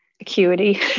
acuity